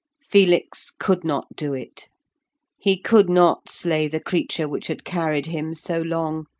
felix could not do it he could not slay the creature which had carried him so long,